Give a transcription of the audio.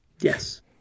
Yes